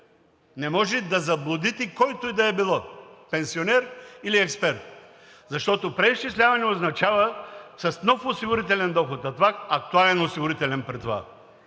не може да заблудите който и да е било пенсионер или експерт. Защото преизчисляване означава нов осигурителен доход, при това актуален осигурителен доход,